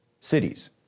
Cities